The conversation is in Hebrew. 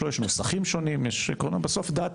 בסוף דת